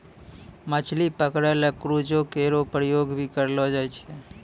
मछली पकरै ल क्रूजो केरो प्रयोग भी करलो जाय छै